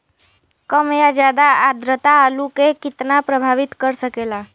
कम या ज्यादा आद्रता आलू के कितना प्रभावित कर सकेला?